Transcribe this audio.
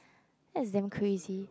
that's damn crazy